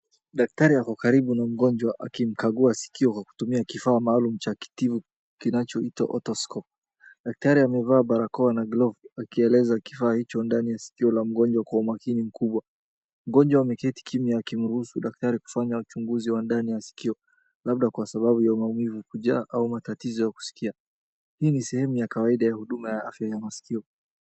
Daktari ako karibu na mgonjwa akimkagua sikio kwa kutumia kifaa maalum cha kutibu kinachoitwa otoskop. Daktari amevaa barakoa na glovu akielekeze kifaa hicho ndani ya sikio la mgonjwa kwa umakini mkubwa. Mgonjwa ameketi kimya akimruhusu daktari kufanya uchunguzi wa ndani ya sikio, labda kwa sababu ya maumivu kujaa au matatizo ya kusikia. Hii ni sehemu ya kawaida ya huduma ya afya ya masikio.